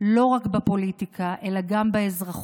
לא רק בפוליטיקה, אלא גם באזרחות: